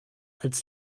als